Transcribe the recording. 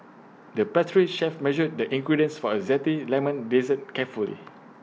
the pastry chef measured the ingredients for A Zesty Lemon Dessert carefully